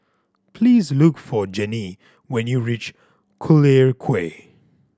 please look for Janie when you reach Collyer Quay